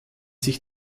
sich